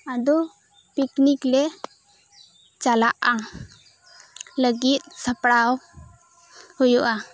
ᱟᱫᱚ ᱯᱤᱠᱱᱤᱠ ᱞᱮ ᱪᱟᱞᱟᱜᱼᱟ ᱞᱟᱹᱜᱤᱫ ᱥᱟᱯᱲᱟᱣ ᱦᱩᱭᱩᱜᱼᱟ